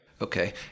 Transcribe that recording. Okay